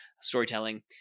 storytelling